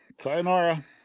Sayonara